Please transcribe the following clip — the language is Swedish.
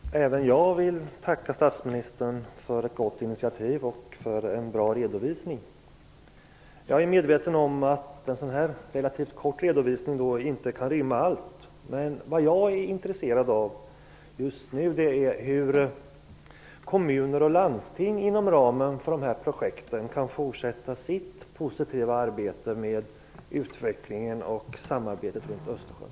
Fru talman! Även jag vill tacka statsministern för ett gott initiativ och för en bra redovisning. Jag är medveten om att en sådan relativ kort redovisning inte kan rymma allt. Vad jag är intresserad av just nu är hur kommuner och landsting inom ramen för dessa projekt kan fortsätta sitt positiva arbete med utvecklingen och samarbetet runt Östersjön.